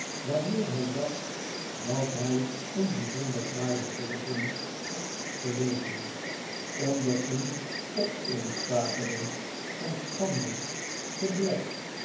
wanneer hij dacht dat hij een bijzonder fraaien volzin had gelezen onder een opeenstapeling van schande gebrek